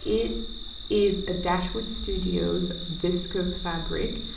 it is a dashwood studios viscose fabric.